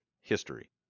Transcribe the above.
history